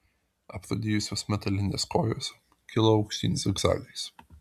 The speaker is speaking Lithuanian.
aprūdijusios metalinės kojos kilo aukštyn zigzagais